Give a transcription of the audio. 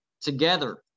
together